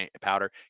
powder